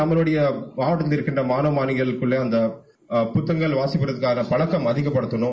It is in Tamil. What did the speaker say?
நம்மலுடைய மாவட்டத்திலிருக்கின்ற மாணவ மாணவிகளுக்குள்ள அந்த புத்தகங்கள் வாசிப்பதற்கான பழக்கம் அதிகப்படுத்தனும்